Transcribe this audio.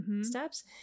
steps